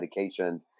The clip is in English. medications